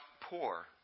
poor